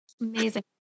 Amazing